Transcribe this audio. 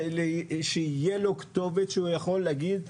שיהיה לו כתובת שהוא יכול להגיד,